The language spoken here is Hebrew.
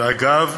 ואגב